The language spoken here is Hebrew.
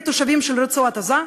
בתושבים של רצועת-עזה,